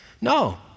No